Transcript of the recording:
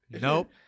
Nope